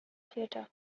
theatre